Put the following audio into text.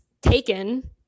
taken